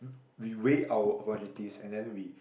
we weigh our opportunities and then we